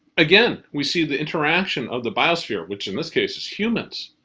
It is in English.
again we see the interaction of the biosphere, which in this case is humans,